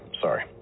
sorry